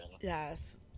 Yes